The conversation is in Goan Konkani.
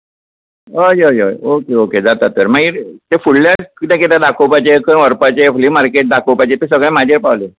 हय अय अय ओके ओके जाता तर मागीर तें फुडल्यार कितें कितें दाखोवपाचें खंय व्हरपाचें फ्ली मार्केट दाखोवपाचें तें सगळें म्हाजेर पावलें